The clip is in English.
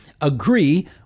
agree